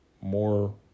more